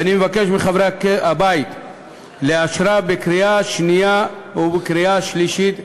ואני מבקש מחברי הבית לאשרה בקריאה שנייה ובקריאה השלישית.